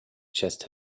chest